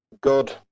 good